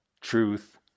truth